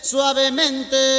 Suavemente